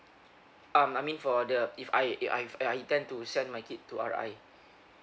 um I mean for the if I if I've I intend to send my kid to R_I